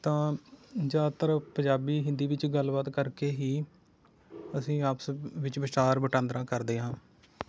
ਤਾਂ ਜ਼ਿਆਦਾਤਰ ਪੰਜਾਬੀ ਹਿੰਦੀ ਵਿੱਚ ਗੱਲਬਾਤ ਕਰਕੇ ਹੀ ਅਸੀਂ ਆਪਸ ਵਿੱਚ ਵਿਚਾਰ ਵਟਾਂਦਰਾਂ ਕਰਦੇ ਹਾਂ